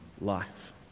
life